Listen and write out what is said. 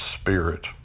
Spirit